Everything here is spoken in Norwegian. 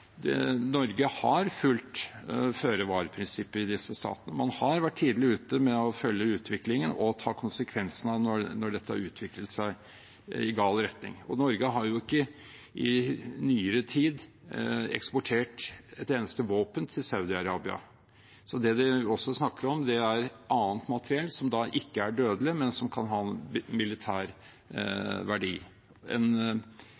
Norge har fulgt føre-var-prinsippet i disse statene; man har vært tidlig ute med å følge utviklingen og ta konsekvensen av det når det har utviklet seg i gal retning. Norge har ikke i nyere tid eksportert et eneste våpen til Saudi-Arabia, så det man også snakker om, er annet materiell som ikke er dødelig, men som kan ha